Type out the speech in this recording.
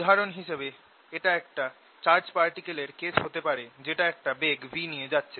উদাহরণ হিসেবে এটা একটা চার্জ পার্টিকেলের কেস হতে পারে যেটা একটা বেগ v নিয়ে যাচ্ছে